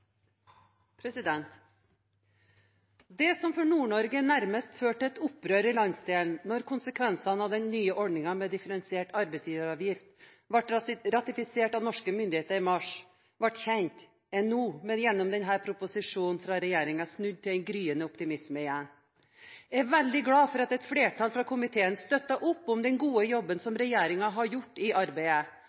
Det som for Nord-Norge nærmest førte til et opprør i landsdelen da konsekvensene av den nye ordningen med differensiert arbeidsgiveravgift som ble ratifisert av norske myndigheter i mars, ble kjent, er nå, gjennom denne proposisjonen fra regjeringen, snudd til en gryende optimisme. Jeg er veldig glad for at et flertall i komiteen støtter opp om den gode jobben som regjeringen har gjort i dette arbeidet,